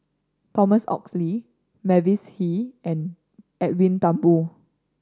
Thomas Oxley Mavis Hee and Edwin Thumboo